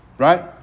Right